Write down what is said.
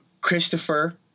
Christopher